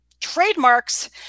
Trademarks